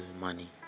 money